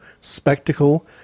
spectacle